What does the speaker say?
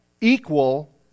equal